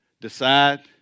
Decide